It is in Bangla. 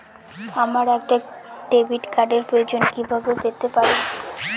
আমার একটা ডেবিট কার্ডের প্রয়োজন কিভাবে পেতে পারি?